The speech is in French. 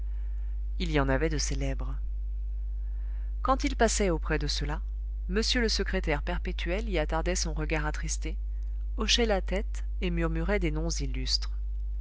il y en avait de célèbres quand il passait auprès de ceux-là m le secrétaire perpétuel y attardait son regard attristé hochait la tête et murmurait des noms illustres